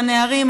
הנערים,